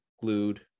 glued